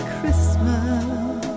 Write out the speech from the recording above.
Christmas